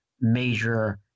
major